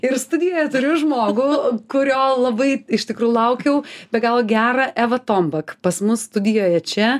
ir studijoje turiu žmogų kurio labai iš tikrų laukiau be galo gera eva tombak pas mus studijoje čia